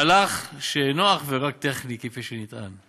מהלך שאינו אך ורק טכני כפי שנטען.